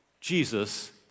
Jesus